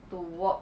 to walk